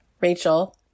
Rachel